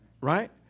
Right